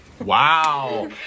Wow